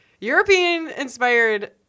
European-inspired